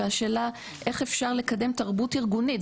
והשאלה איך אפשר לקדם תרבות ארגונית,